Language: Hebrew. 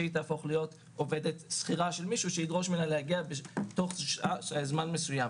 שהיא תהפוך להיות עובדת שכירה של מישהו שידרוש ממנה להגיע תוך זמן מסוים.